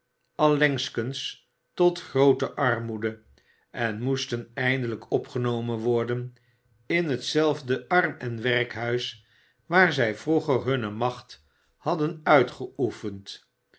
allengskens tot groote armoede en moesten eindelijk opgenomen worden in hetzelfde arm en werkhuis waar zij vroeger hunne macht hadden uitgeoefend